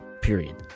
period